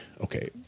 okay